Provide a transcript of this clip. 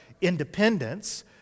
independence